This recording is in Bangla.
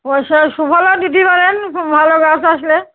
ওই সে সুফলা দিতে পারেন ভালো গাছ আসলে